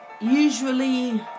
Usually